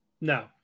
No